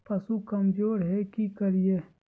पशु कमज़ोर है कि करिये?